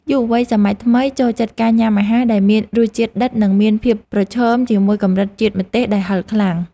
យុវវ័យសម័យថ្មីចូលចិត្តការញ៉ាំអាហារដែលមានរសជាតិដិតនិងមានភាពប្រឈមជាមួយកម្រិតជាតិម្ទេសដែលហឹរខ្លាំង។